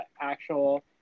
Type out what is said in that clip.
actual